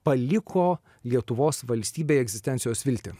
paliko lietuvos valstybei egzistencijos viltį